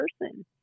person